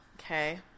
Okay